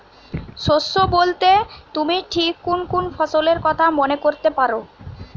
শস্য বোলতে তুমি ঠিক কুন কুন ফসলের কথা মনে করতে পার?